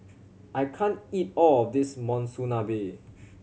I can't eat all of this Monsunabe